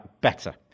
Better